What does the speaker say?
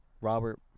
Robert